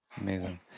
Amazing